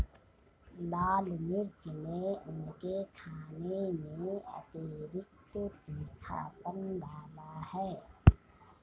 लाल मिर्च ने उनके खाने में अतिरिक्त तीखापन डाला है